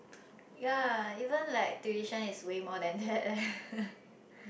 ya even like tuition is way more than that eh